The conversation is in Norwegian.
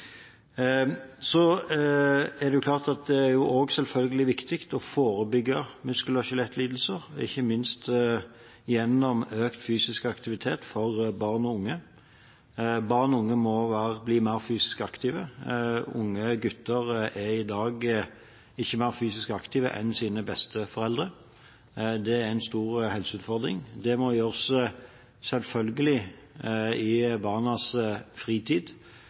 Så er det også selvfølgelig viktig å forebygge muskel- og skjelettlidelser, ikke minst gjennom økt fysisk aktivitet for barn og unge. Barn og unge må bli mer fysisk aktive. Unge gutter er i dag ikke mer fysisk aktive enn sine besteforeldre. Det er en stor helseutfordring. Det må selvfølgelig gjøres i barnas fritid.